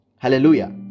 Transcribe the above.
Hallelujah